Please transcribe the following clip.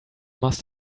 must